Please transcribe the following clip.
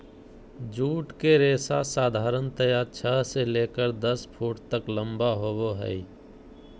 jute के रेशा साधारणतया छह से लेकर दस फुट तक लम्बा होबो हइ